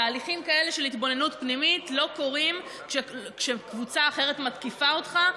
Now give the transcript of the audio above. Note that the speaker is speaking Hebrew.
תהליכים כאלה של התבוננות פנימית לא קורים כשקבוצה אחרת מתקיפה אותך.